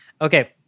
Okay